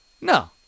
no